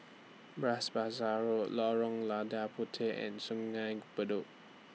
Bras Basah Road Lorong Lada Puteh and Sungei Bedok